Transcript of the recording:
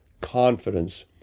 confidence